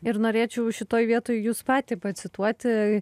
ir norėčiau šitoj vietoj jus patį pacituoti